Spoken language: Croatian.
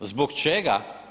Zbog čega?